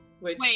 Wait